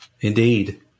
Indeed